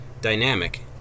dynamic